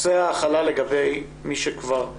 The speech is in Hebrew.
אנחנו חושבים שלהפעיל את זה מכוח החוק